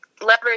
leverage